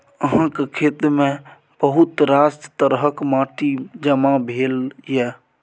अहाँक खेतमे बहुत रास तरहक माटि जमा भेल यै